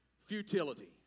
futility